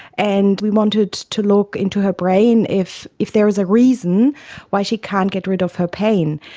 and we wanted to look into her brain if if there was a reason why she can't get rid of her pain.